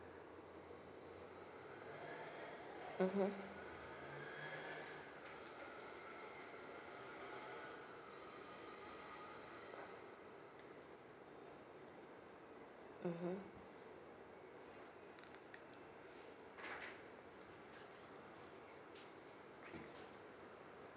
mmhmm mmhmm